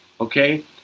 okay